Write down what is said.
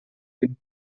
vint